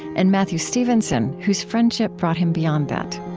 and matthew stevenson, whose friendship brought him beyond that